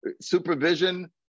supervision